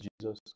Jesus